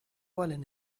valen